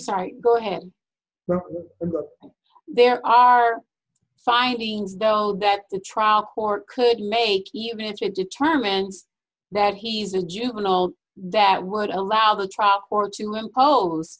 sorry go ahead well there are findings though that the trial court could make you mentioned determines that he's a juvenile that would allow the trial court to impose